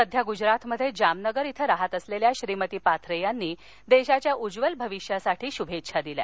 सध्या गुजरातमध्ये जामनगर क्विं राहत असलेल्या श्रीमती पाथरे यांनी देशाच्या उज्ज्वल भविष्यासाठी शूभेच्छा दिल्या